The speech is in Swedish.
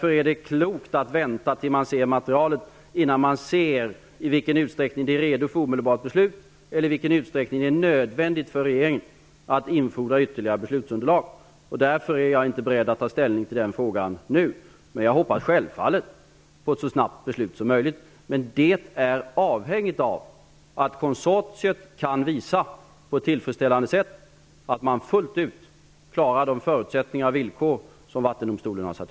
Det är därför klokt att vänta tills man ser det, så att man vet i vilken utsträckning det är redo för omedelbart beslut, eller i vilken utsträckning det är nödvändigt för regeringen att infordra ytterligare beslutsunderlag. Därför är jag inte beredd att ta ställning till den frågan nu. Men jag hoppas självfallet på ett så snabbt beslut som möjligt. Men det är avhängigt av att konsortiet på ett tillfredsställande sätt kan visa att man fullt ut klarar de förutsättningar och villkor som Vattendomstolen har krävt.